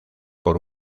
por